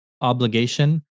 obligation